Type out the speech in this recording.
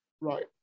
Right